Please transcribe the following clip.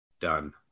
done